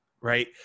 right